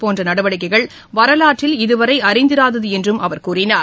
போன்ற நடவடிக்கைகள் வரலாற்றில் இதுவரை அறிந்திராதது என்றும் அவர் கூறியுள்ளார்